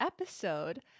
episode